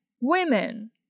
women